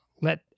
let